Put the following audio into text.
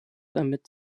damit